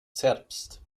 zerbst